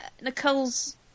Nicole's